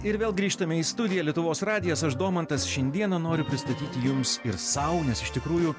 ir vėl grįžtame į studiją lietuvos radijas aš domantas šiandieną noriu pristatyti jums ir sau nes iš tikrųjų